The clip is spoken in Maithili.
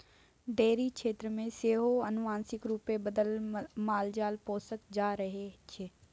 डेयरी क्षेत्र मे सेहो आनुवांशिक रूपे बदलल मालजाल पोसल जा रहल छै